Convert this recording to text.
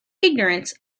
ignorance